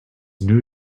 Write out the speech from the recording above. new